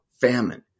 famine